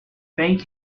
thank